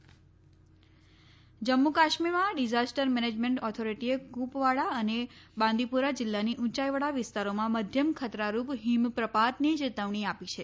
જમ્મુ કાશ્મીર હિમપાત જમ્મુ કાશ્મીરમાં disaster management ઓથોરીટીએ કુપવાડા અને બાંદીપોરા જિલ્લાની ઉંચાઇવાળા વિસ્તારોમાં મધ્યમ ખતરારૂપ હિમપ્રપાતની ચેતવણી આપી છે